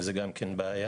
וזה גם כן בעיה.